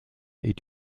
est